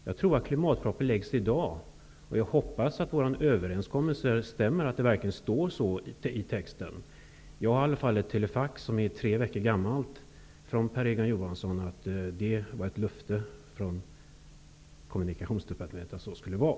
Jag tror att klimatpropositionen läggs fram i dag. Jag hoppas att vår överenskommelse gäller, dvs. att det verkligen står i texten vad vi överenskommit. Jag har i alla fall ett telefax från Per Egon Johansson som är tre veckor gammalt och där står det att det är ett löfte från Kommunikationsdepartementet att så skulle vara.